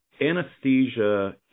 anesthesia